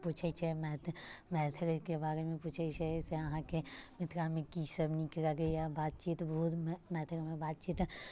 पुछैत छै मैथ मैथिलीके बारेमे पुछैत छै से अहाँकेँ मिथिलामे की सब नीक लागैया बातचीत बहुत मैथिलीमे बातचीत